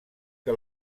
que